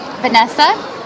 Vanessa